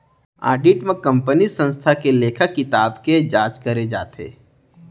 audit म कंपनीय संस्था के लेखा किताब के जांच करे जाथे